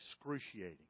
excruciating